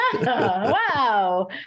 Wow